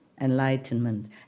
enlightenment